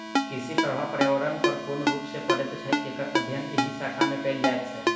कृषिक प्रभाव पर्यावरण पर कोन रूप मे पड़ैत छै, एकर अध्ययन एहि शाखा मे कयल जाइत छै